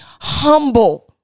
humble